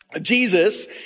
Jesus